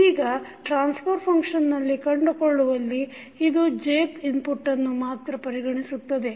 ಈಗ transfer function ಕಂಡುಕೊಳ್ಳುವಲ್ಲಿ ಇದು jth ಇನ್ಪುಟ್ಟನ್ನು ಮಾತ್ರ ಪರಿಗಣಿಸುತ್ತದೆ